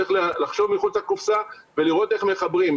לחשוב מחוץ לקופסה ולראות איך מחברים.